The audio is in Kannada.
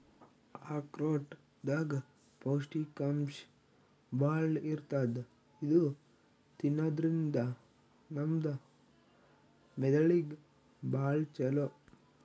ಆಕ್ರೋಟ್ ದಾಗ್ ಪೌಷ್ಟಿಕಾಂಶ್ ಭಾಳ್ ಇರ್ತದ್ ಇದು ತಿನ್ನದ್ರಿನ್ದ ನಮ್ ಮೆದಳಿಗ್ ಭಾಳ್ ಛಲೋ